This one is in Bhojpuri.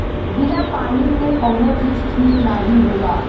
बिना पानी के कउनो चीज ठीक नाही होला